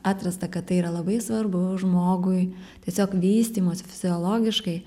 atrasta kad tai yra labai svarbu žmogui tiesiog vystymosi fiziologiškai